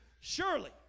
Surely